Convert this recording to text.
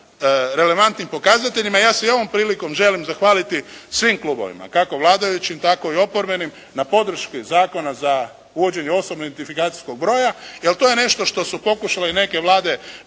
relevantnim pokazateljima. Ja se i ovom prilikom želim zahvaliti svim klubovima kako vladajućim tako i oporbenim na podršci Zakona za uvođenje osobnog identifikacijskog broja jer to je nešto što su pokušale neke vlade